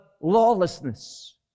lawlessness